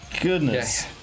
goodness